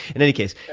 in any case,